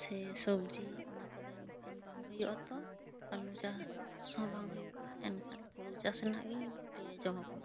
ᱥᱮ ᱥᱟᱵᱡᱤ ᱚᱱᱟ ᱠᱚᱫᱚ ᱮᱱᱠᱷᱟᱱ ᱵᱟᱝ ᱦᱩᱭᱩᱜᱼᱟ ᱛᱚ ᱟᱞᱩ ᱪᱟᱥ ᱦᱚᱸ ᱵᱟᱝ ᱦᱩᱭᱩᱜᱼᱟ ᱮᱱᱠᱷᱟᱱ ᱦᱳᱲᱳ ᱪᱟᱥ ᱨᱮᱱᱟᱜ ᱜᱤᱧ ᱞᱟᱹᱭ ᱟᱸᱡᱚᱢᱟ ᱵᱚᱱ ᱠᱟᱱᱟ